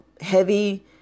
heavy